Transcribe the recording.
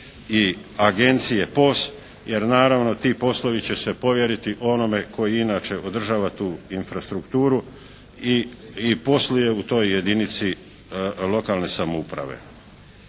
i Agencije POS jer naravno ti poslovi će se povjeriti onome koji i inače održava tu infrastrukturu i posluje u toj jedinici lokalne samouprave.